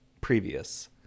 previous